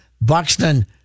Buxton